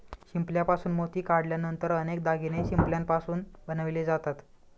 शिंपल्यापासून मोती काढल्यानंतर अनेक दागिने शिंपल्यापासून बनवले जातात